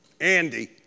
Andy